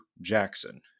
Jackson